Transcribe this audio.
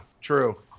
true